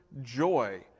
joy